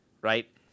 right